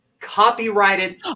copyrighted